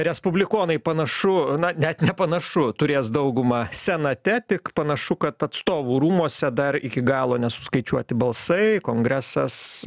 respublikonai panašu na net nepanašu turės daugumą senate tik panašu kad atstovų rūmuose dar iki galo nesuskaičiuoti balsai kongresas